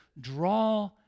draw